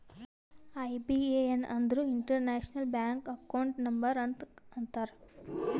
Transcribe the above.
IBAN ಅಂದುರ್ international bank account number ಅಂತ ಅಂತಾರ್